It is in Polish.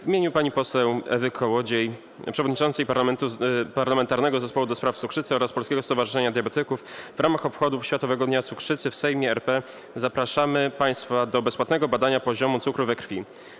W imieniu pani poseł Ewy Kołodziej, przewodniczącej Parlamentarnego Zespołu ds. Cukrzycy, oraz Polskiego Stowarzyszenia Diabetyków w ramach obchodów Światowego Dnia Cukrzycy w Sejmie RP zapraszamy państwa do bezpłatnego badania poziomu cukru we krwi.